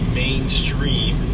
mainstream